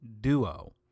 duo